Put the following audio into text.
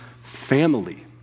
family